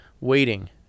waiting